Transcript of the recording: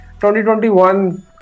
2021